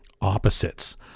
opposites